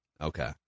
Okay